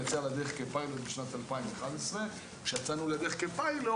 יצאה לדרך כפיילוט בשנת 2011 - כשיצאנו לדרך כפיילוט